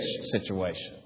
situation